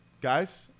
guys